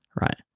right